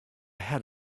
had